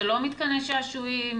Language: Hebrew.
זה לא מתקני שעשועים,